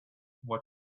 what